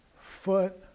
foot